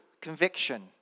Conviction